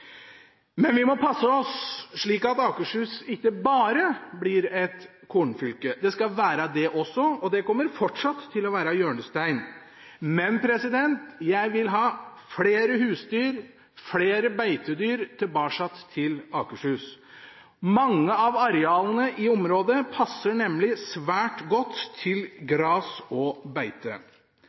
Men vi må passe oss slik at Akershus ikke bare blir et kornfylke – det skal være det også, og det kommer fortsatt til å være hjørnesteinen. Men jeg vil ha flere husdyr, flere beitedyr, tilbake til Akershus. Mange av arealene i området passer nemlig svært godt til gras og beite.